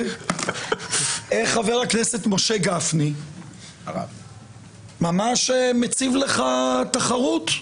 חבר הכנסת משה גפני ממש מציב לך תחרות.